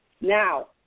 Now